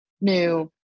new